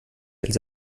els